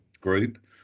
group